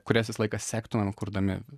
kurias visą laiką sektumėm kurdami